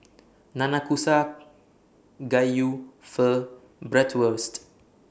Nanakusa Gayu Pho Bratwurst